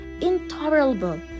intolerable